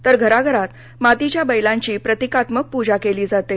तर घराघरात मातीच्या बैलांची प्रतीकात्मक पूजा केली जाते